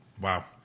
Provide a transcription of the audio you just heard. Wow